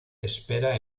espera